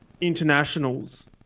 internationals